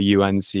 unc